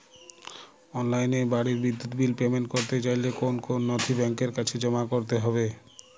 অনলাইনে বাড়ির বিদ্যুৎ বিল পেমেন্ট করতে চাইলে কোন কোন নথি ব্যাংকের কাছে জমা করতে হবে?